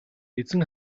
эзэн